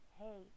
hey